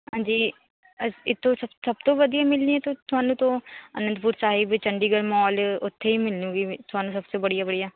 ਹਾਂਜੀ ਇ ਇੱਥੋਂ ਸ ਸਭ ਤੋਂ ਵਧੀਆ ਮਿਲਣੀ ਹੈ ਤੋ ਤੁਹਾਨੂੰ ਤੋਂ ਅਨੰਦਪੁਰ ਸਾਹਿਬ ਚੰਡੀਗੜ੍ਹ ਮੋਲ ਉੱਥੇ ਹੀ ਮਿਲੂੰਗੀ ਵੀ ਤੁਹਾਨੂੰ ਸਭ ਤੋਂ ਵਧੀਆ ਵਧੀਆ